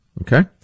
okay